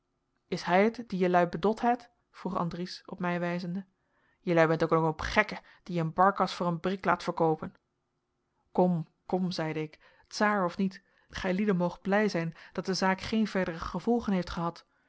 is hij het die jelui bedot heit vroeg andries op mij wijzende jelui bent ook een hoop gekken die je een barkas voor een brik laat verkoopen kom kom zeide ik tsaar of niet gijlieden moogt blij zijn dat de zaak geen verdere gevolgen heeft gehad